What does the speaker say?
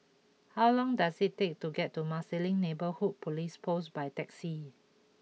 how long does it take to get to Marsiling Neighbourhood Police Post by taxi